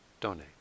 donate